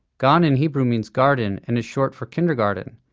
gan in hebrew means garden, and is short for kindergarten.